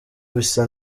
bisa